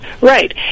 Right